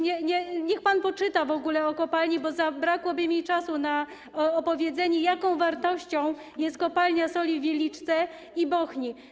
Niech pan poczyta w ogóle o kopalni, bo zabrakłoby mi czasu na opowiedzenie, jaką wartością są kopalnie soli w Wieliczce i w Bochni.